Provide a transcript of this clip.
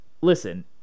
listen